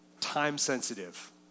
time-sensitive